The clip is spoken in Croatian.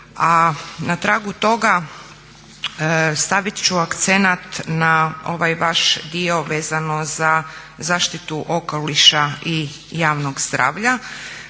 na tragu toga stavit ću akcent na ovaj vaš dio vezano za zaštitu okoliša i javnog zdravlja.